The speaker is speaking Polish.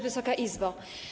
Wysoka Izbo!